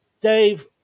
Dave